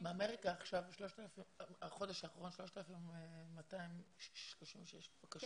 מאמריקה בחודש האחרון 3,236 בקשות?